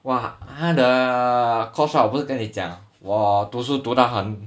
!wah! !huh! the course out 我不是跟你讲我读书读到的很